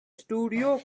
studio